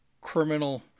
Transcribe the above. criminal